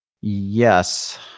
Yes